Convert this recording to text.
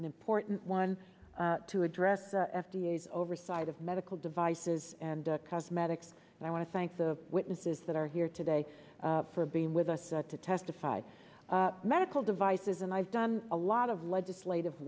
an important one to address the f d a has oversight of medical devices and cosmetics and i want to thank the witnesses that are here today for being with us to testify medical devices and i've done a lot of legislative